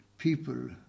People